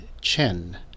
Chen